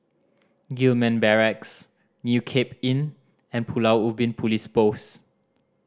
Gillman Barracks New Cape Inn and Pulau Ubin Police Post